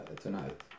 tonight